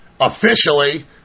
officially